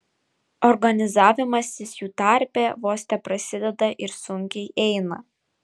organizavimasis jų tarpe vos teprasideda ir sunkiai eina